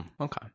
okay